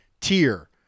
tier